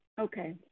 Okay